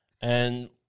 and-